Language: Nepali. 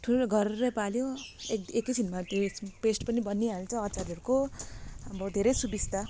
ठुलो घररर पाऱ्यो एक एकैछिनमा त्यो पेस्ट पनि बनिहाल्छ अचारहरूको अब धेरै सुविस्ता